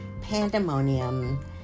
pandemonium